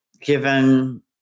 given